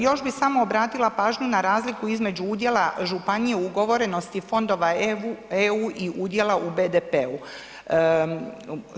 Još bi samo obratila pažnju na razliku između udjela županije u ugovorenosti Fondova EU i udjela u BDP-u.